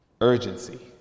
urgency